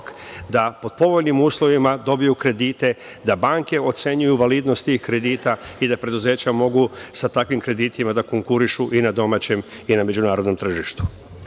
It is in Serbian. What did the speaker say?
da pod povoljnim uslovima dobiju kredite, da banke ocenjuju validnost tih kredita i da preduzeća mogu sa takvim kreditima da konkurišu i na domaćem i na međunarodnom tržištu. Treći